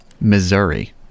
Missouri